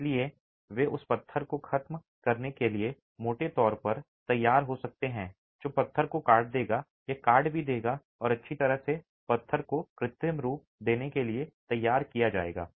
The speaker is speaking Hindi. इसलिए वे उस पत्थर को खत्म करने के लिए मोटे तौर पर तैयार हो सकते हैं जो पत्थर को काट देगा या काट भी देगा और अच्छी तरह से पत्थर को कृत्रिम रूप देने के लिए तैयार किया जाएगा